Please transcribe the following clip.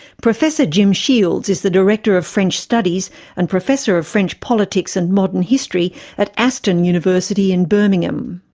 professor jim shields is the director of french studies and professor of french politics and modern history at aston university in birmingham.